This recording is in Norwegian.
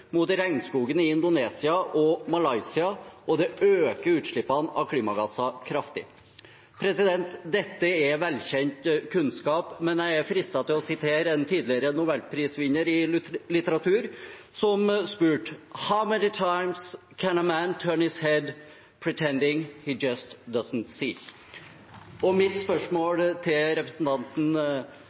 mot regnskogen i Indonesia og Malaysia, og det øker utslippene av klimagasser kraftig. Dette er velkjent kunnskap, men jeg er fristet til å sitere en tidligere nobelprisvinner i litteratur som spurte: «How many times can a man turn his head and pretend that he just doesn’t see?» Mitt spørsmål til representanten